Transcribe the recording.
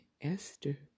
Esther